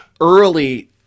early